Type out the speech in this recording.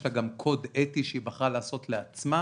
יש לה קוד אתי שהיא בחרה לעשות לעצמה